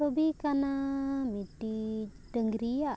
ᱪᱷᱚᱵᱤ ᱠᱟᱱᱟ ᱢᱤᱫᱴᱤᱡ ᱰᱟᱹᱝᱨᱤᱭᱟᱜ